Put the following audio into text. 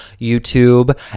YouTube